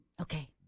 Okay